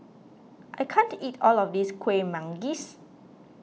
I can't eat all of this Kueh Manggis